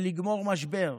ולגמור משבר.